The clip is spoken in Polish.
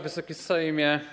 Wysoki Sejmie!